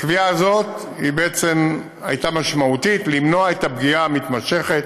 הקביעה הזאת הייתה משמעותית כדי למנוע את הפגיעה המתמשכת